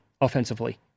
offensively